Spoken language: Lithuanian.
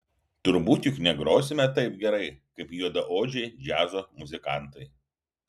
turbūt juk negrosime taip gerai kaip juodaodžiai džiazo muzikantai